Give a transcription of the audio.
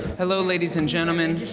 hello ladies and gentlemen.